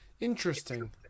Interesting